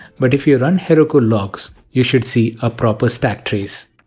but if you run heroku logs you should see a proper stacktrace.